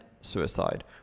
suicide